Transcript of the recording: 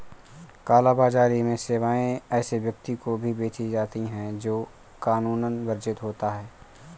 काला बाजारी में सेवाएं ऐसे व्यक्ति को भी बेची जाती है, जो कानूनन वर्जित होता हो